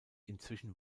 inzwischen